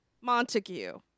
Montague